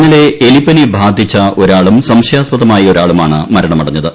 ഇന്നലെ എലിപ്പനി ബാധിച്ച ഒരാളും സംശയാസ്പദമായി ഒരാളുമാണ് മരണമടഞ്ഞത്